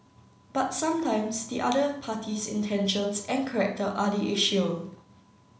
but sometimes the other party's intentions and character are the issue